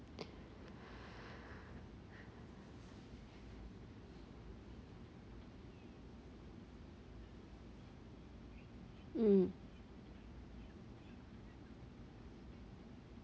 mm